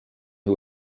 who